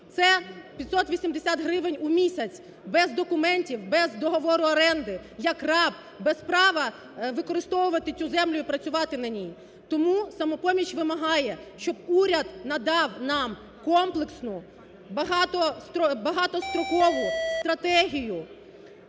це 580 гривень у місяць, без документів, без договору оренди, як раб, без права використовувати цю землю і працювати на ній. Тому "Самопоміч" вимагає, щоб уряд надав нам комплексну багатострокову стратегію